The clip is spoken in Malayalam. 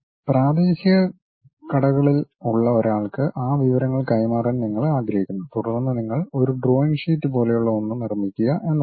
പ്രാദേശിക കടകളിൽ ഉള്ള ഒരാൾക്ക് ആ വിവരങ്ങൾ കൈമാറാൻ നിങ്ങൾ ആഗ്രഹിക്കുന്നു തുടർന്ന് നിങ്ങൾ ഒരു ഡ്രോയിംഗ് ഷീറ്റ് പോലെയുള്ള ഒന്ന് നിർമ്മിക്കുക എന്നതാണ്